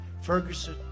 ferguson